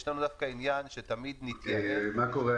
יש לנו דווקא עניין שתמיד --- מה קורה,